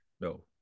No